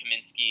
Kaminsky